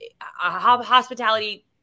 hospitality